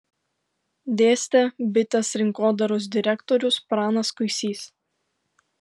dėstė bitės rinkodaros direktorius pranas kuisys